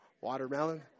watermelon